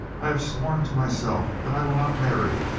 i have sworn to myself that i will not marry,